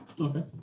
Okay